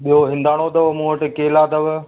ॿियो हिंदाणो अथव मूं वटि केला अथव